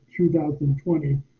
2020